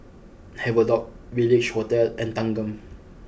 Havelock Village Hotel and Thanggam